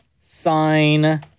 sign